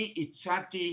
אני הצעתי,